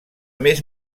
més